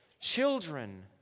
children